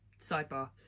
Sidebar